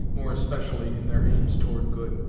more especially in their aims toward good.